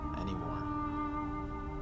anymore